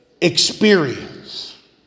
experience